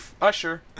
usher